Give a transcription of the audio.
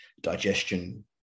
digestion